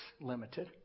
limited